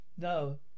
no